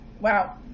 wow